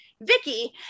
Vicky